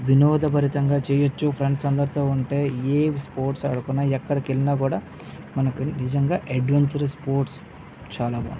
వినోదభరితంగా చెయ్యచ్చు ఫ్రెండ్స్ అందరితో ఉంటే ఏం స్పోర్ట్స్ ఆడుతున్న ఎక్కడికి వెళ్ళినా కూడా మనకి నిజంగా అడ్వెంచర్స్ స్పోర్ట్స్ చాలా బాగుంటాయి